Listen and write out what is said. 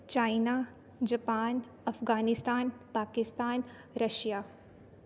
China Japan Afghanistan Pakistan Russia